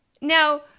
Now